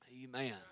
Amen